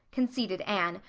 conceded anne,